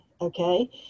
okay